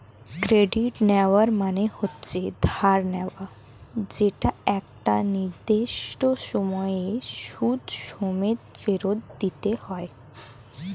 credit নেওয়া মানে হচ্ছে ধার নেওয়া যেটা একটা নির্দিষ্ট সময়ে সুদ সমেত ফেরত দিতে হয়